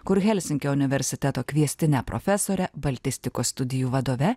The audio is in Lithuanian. kur helsinkio universiteto kviestine profesore baltistikos studijų vadove